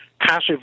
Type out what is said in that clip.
Passive